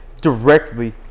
directly